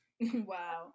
wow